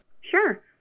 Sure